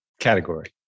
Category